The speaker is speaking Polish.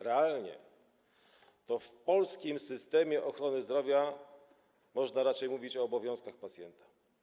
Realnie przy polskim systemie ochrony zdrowia można raczej mówić o obowiązkach pacjenta.